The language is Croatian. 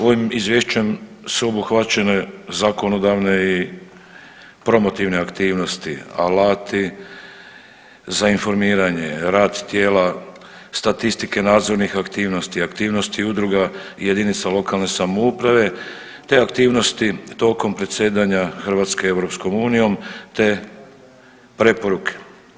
Ovim Izvješćem sveobuhvaćeno je zakonodavne i promotivne aktivnosti, alati za informiranje, rad tijela, statistike nadzornih aktivnosti, aktivnosti udruga i jedinica lokalne samouprave te aktivnosti tokom predsjedanja Hrvatske EU te preporuke.